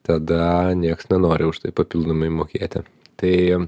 tada niekas nenori už tai papildomai mokėti tai